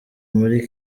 muri